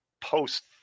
post